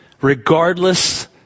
regardless